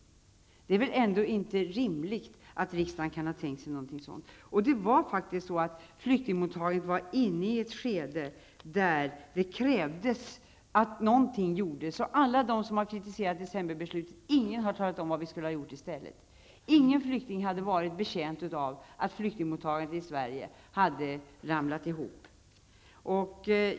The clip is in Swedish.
Det är väl ändå inte rimligt att riksdagen kan ha tänkt sig något sådant. Flyktingmottagandet var inne i ett skede där det krävdes att någonting gjordes. Ingen av alla dem som har kritiserat decemberbeslutet har talat om vad regeringen skulle ha gjort i stället. Inte någon flykting hade varit betjänt av att flyktingmottagandet i Sverige hade ramlat ihop.